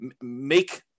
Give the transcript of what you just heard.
make